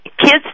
Kids